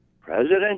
President